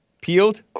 Peeled